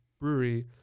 brewery